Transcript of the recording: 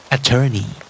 Attorney